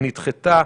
הרביזיה נדחתה.